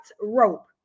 rope